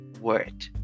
word